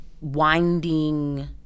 winding